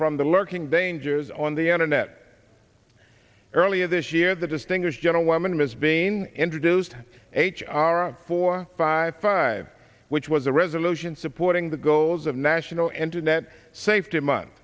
from the lurking dangers on the internet earlier this year the distinguished general eminem is being introduced h r four five five which was a resolution supporting the goals of national internet safety month